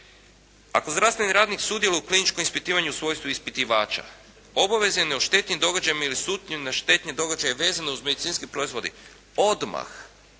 Ako zdravstveni radnik sudjeluje u kliničkom ispitivanju u svojstvu ispitivača obavezan je o štetnim događajima ili slutnji na štetne događaje vezane uz medicinske proizvode odmah,